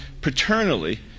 paternally